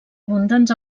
abundants